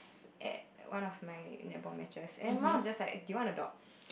at one of my netball matches and my mum was just like do you want a dog